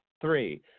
Three